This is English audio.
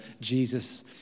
Jesus